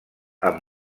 amb